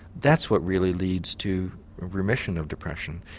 that's what really leads to remission of depression,